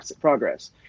progress